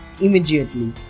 Immediately